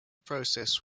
process